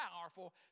powerful